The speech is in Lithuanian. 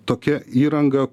tokia įranga